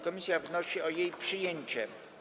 Komisja wnosi o jej przyjęcie.